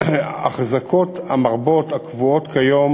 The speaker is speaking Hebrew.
החזקות המרובות הקבועות כיום